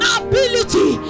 ability